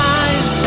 eyes